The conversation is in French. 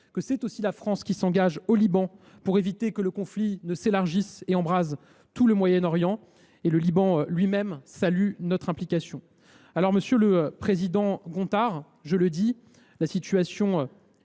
que c’est aussi la France qui s’engage au Liban pour éviter que le conflit ne s’élargisse et n’embrase tout le Moyen Orient ! Le Liban lui même salue notre implication. Monsieur le président Gontard, la situation à